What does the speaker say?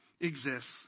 exists